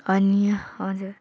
अनि हजुर